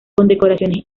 condecoraciones